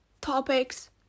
topics